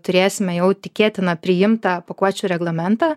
turėsime jau tikėtiną priimtą pakuočių reglamentą